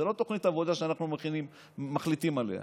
זו לא תוכנית עבודה שאנחנו מחליטים עליה.